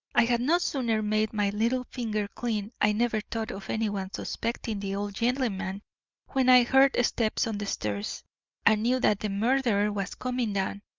i had no sooner made my little finger clean i never thought of anyone suspecting the old gentleman when i heard steps on the stairs and knew that the murderer was coming down,